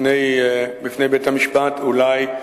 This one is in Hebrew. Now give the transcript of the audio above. בפני בית-המשפט, אולי.